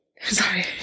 Sorry